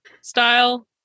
style